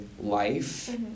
life